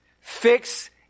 fix